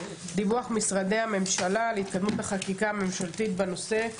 דיווח משרדי הממשלה על התקדמות החקיקה הממשלתית בנושא,